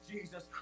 Jesus